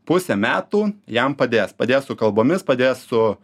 pusę metų jam padės padės su kalbomis padės su